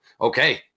okay